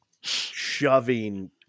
shoving